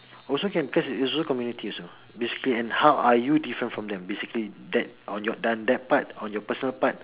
also can because it's also community also basically and how are you different from them basically that on your done that part on your personal part